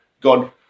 God